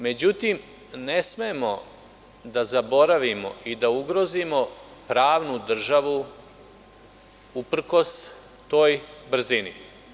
Međutim, ne smemo da zaboravimo i da ugrozimo pravnu državu uprkos toj brzini.